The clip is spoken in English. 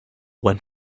went